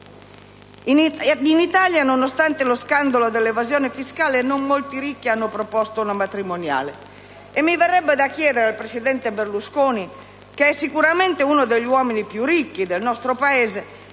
In Italia, nonostante lo scandalo dell'evasione fiscale, non molti ricchi hanno proposto una patrimoniale, e mi verrebbe da chiedere al presidente Berlusconi, che è sicuramente uno degli uomini più ricchi del nostro Paese,